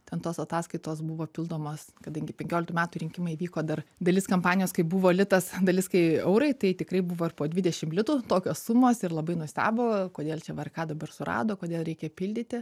ten tos ataskaitos buvo pildomos kadangi penkioliktų metų rinkimai vyko dar dalis kampanijos kai buvo litas dalis kai eurai tai tikrai buvo ir po dvidešim litų tokios sumos ir labai nustebo kodėl čia vrk dabar surado kodėl reikia pildyti